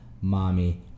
Mommy